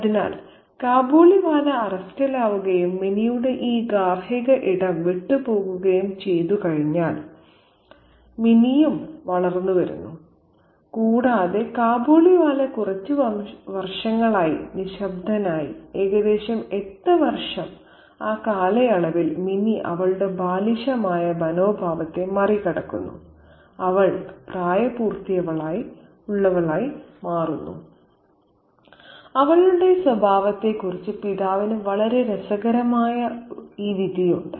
അതിനാൽ കാബൂളിവാല അറസ്റ്റിലാവുകയും മിനിയുടെ ഈ ഗാർഹിക ഇടം വിട്ടുപോകുകയും ചെയ്തുകഴിഞ്ഞാൽ മിനിയും വളർന്നുവരുന്നു കൂടാതെ കാബൂളിവാല കുറച്ച് വർഷങ്ങളായി നിശബ്ദനായി ഏകദേശം 8 വർഷം ആ കാലയളവിൽ മിനി അവളുടെ ബാലിശമായ മനോഭാവത്തെ മറികടക്കുന്നു അവൾ പ്രായപൂർത്തിയായവളായി മാറുന്നു അവളുടെ സ്വഭാവത്തെക്കുറിച്ച് പിതാവിന് വളരെ രസകരമായ ഈ വിധിയുണ്ട്